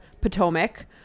Potomac